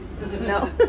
no